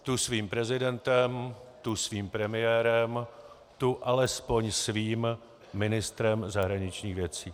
Tu svým prezidentem, tu svým premiérem, tu alespoň svým ministrem zahraničních věcí.